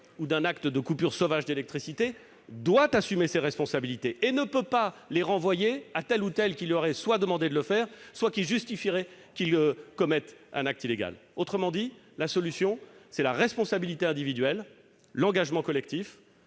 ou d'un acte de coupure sauvage d'électricité doit assumer ses responsabilités et ne peut pas les renvoyer à tel ou tel autre qui lui aurait demandé de le faire ou qui justifierait qu'il commette un acte illégal. Autrement dit, la solution, c'est la responsabilité individuelle, l'engagement collectif